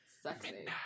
Sexy